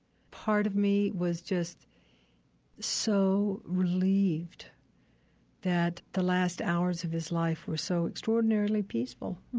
part of me was just so relieved that the last hours of his life were so extraordinarily peaceful